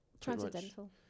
Transcendental